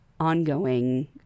ongoing